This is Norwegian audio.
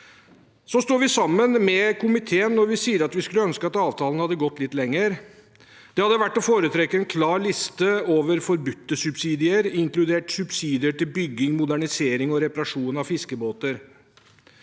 Så står vi sammen med komiteen når vi sier at vi skulle ønske at avtalen hadde gått litt lenger. Det hadde vært å foretrekke en klar liste over forbudte subsidier, inkludert subsidier til bygging, modernisering og reparasjon av fiskebåter.